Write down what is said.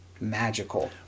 magical